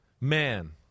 man